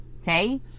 Okay